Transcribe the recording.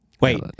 Wait